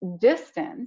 distance